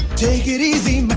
take it easy,